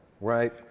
right